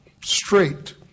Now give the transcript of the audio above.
straight